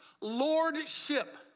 lordship